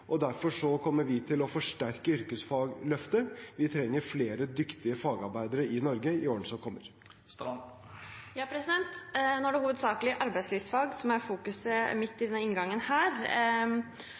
og derfor kommer vi til å forsterke yrkesfagløftet. Vi trenger flere dyktige fagarbeidere i Norge i årene som kommer. Nå er det hovedsakelig arbeidslivsfag som jeg har i